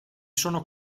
sono